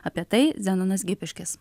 apie tai zenonas gipiškis